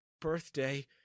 birthday